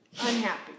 unhappy